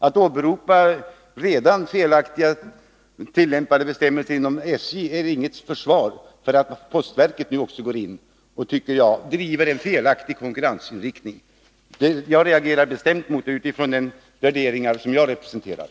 Att åberopa redan felaktiga, tillämpade bestämmelser inom SJ är inget försvar för att postverket nu också går in och driver en felaktig konkurrensinriktning. Jag reagerar bestämt mot det utifrån de värderingar som jag representerar.